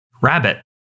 Rabbit